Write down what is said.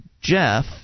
Jeff